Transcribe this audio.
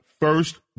first